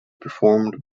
performed